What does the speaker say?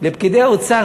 פקידי האוצר,